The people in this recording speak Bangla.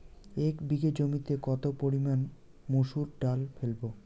এক বিঘে জমিতে কত পরিমান মুসুর ডাল ফেলবো?